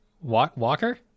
Walker